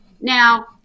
Now-